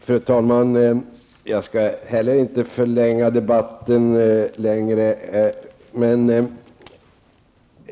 Fru talman! Jag skall inte heller förlänga debatten.